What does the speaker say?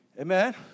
Amen